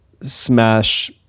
Smash